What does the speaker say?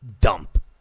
dump